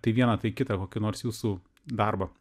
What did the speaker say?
tai vieną tai kitą kokį nors jūsų darbą